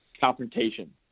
confrontation